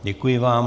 Děkuji vám.